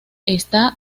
está